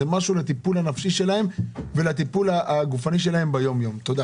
זה משהו לטיפול הנפשי והגופני היומיומי שלהם,